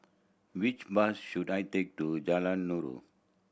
which bus should I take to Jalan Nulu